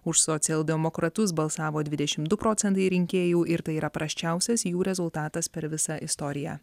už socialdemokratus balsavo dvidešim du procentai rinkėjų ir tai yra prasčiausias jų rezultatas per visą istoriją